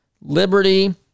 liberty